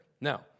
Now